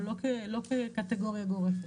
אבל לא כקטגוריה גורפת.